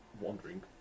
wandering